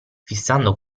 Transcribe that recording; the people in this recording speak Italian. fissando